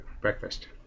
breakfast